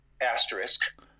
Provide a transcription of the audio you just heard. asterisk